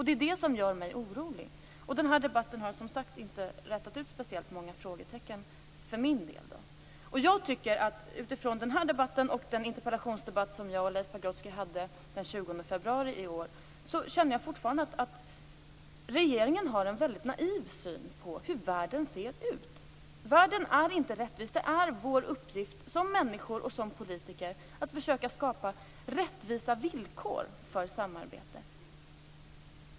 Det är det som gör mig orolig. Den här debatten har som sagt inte rätat ut speciellt många frågetecken för min del. Utifrån den här debatten och den interpellationsdebatt som jag och Leif Pagrotsky hade den 20 februari i år känner jag fortfarande att regeringen har en mycket naiv syn på hur världen ser ut. Världen är inte rättvis. Det är vår uppgift som människor och som politiker att försöka skapa rättvisa villkor för samarbete.